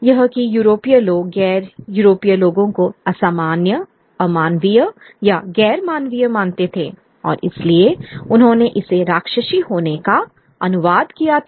यह कि यूरोपीय लोग गैर यूरोपीय लोगों को असामान्यअमानवीय या गैर मानवीय मानते थे और इसलिए उन्होंने इसे राक्षसी होने का अनुवाद किया था